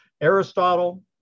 Aristotle